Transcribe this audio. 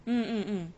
mm mm mm